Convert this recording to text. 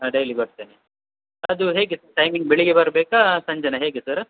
ಹಾಂ ಡೈಲಿ ಬರ್ತೆನೆ ಅದು ಹೇಗೆ ಟೈಮಿಂಗ್ ಬೆಳಗ್ಗೆ ಬರಬೇಕಾ ಸಂಜೆನಾ ಹೇಗೆ ಸರ್